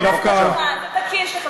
בבקשה, אנחנו לא נמשוך את זה לתוך הלילה.